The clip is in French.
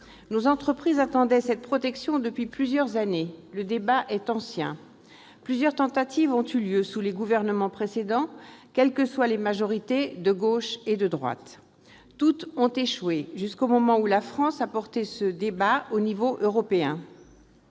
Nos entreprises attendaient cette protection depuis plusieurs années. Le débat est ancien. Plusieurs tentatives ont eu lieu sous les gouvernements précédents, quelles que soient les majorités de gauche et de droite. Toutes ont échoué jusqu'au moment où la France a porté ce débat au niveau européen.